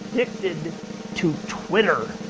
addicted to twitter.